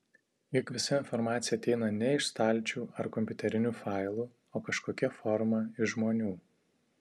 juk visa informacija ateina ne iš stalčių ar kompiuterinių failų o kažkokia forma iš žmonių